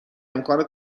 امکان